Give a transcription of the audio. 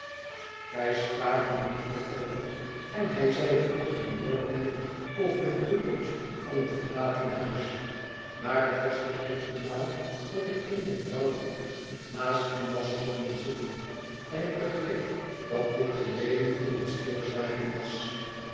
wij spraken er niet meer over en hij zeide ook geen woord meer over de toekomst van het verlaten huis maar het was de eerste maal dat ik in mijn rouwgoed naast hem was komen zitten en ik begreep dat dit de reden van dat stilzwijgen was